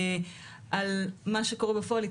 על מה שקורה בפועל,